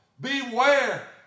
Beware